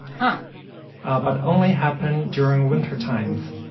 and ah but only happened during wintertimes